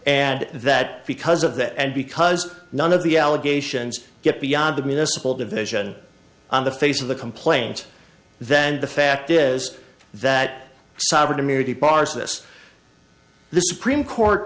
and that because of that and because none of the allegations get beyond the municipal division on the face of the complaint then the fact is that sovereign immunity parse this the supreme court